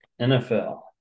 NFL